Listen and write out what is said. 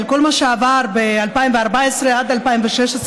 על כל מה שעבר ב-2014 עד 2016,